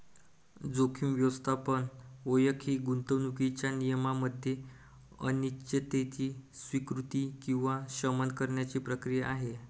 जोखीम व्यवस्थापन ओळख ही गुंतवणूकीच्या निर्णयामध्ये अनिश्चिततेची स्वीकृती किंवा शमन करण्याची प्रक्रिया आहे